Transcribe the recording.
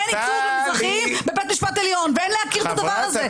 אין ייצוג למזרחיים בבית המשפט העליון ואין להכיר את הדבר הזה.